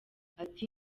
ati